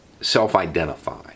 self-identify